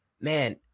man